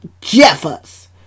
Jeffers